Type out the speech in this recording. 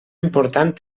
important